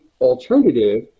alternative